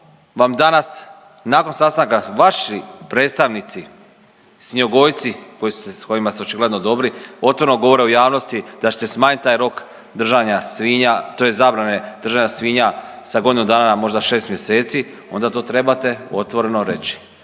vam danas nakon sastanka vaši predstavnici svinjogojci s kojima ste si očigledno dobri, otvoreno govore u javnosti da ćete smanjiti taj rok držanja svinja, tj. zabrane držanja svinja sa godinu dana na možda 6 mjeseci, onda to trebate otvoreno reći.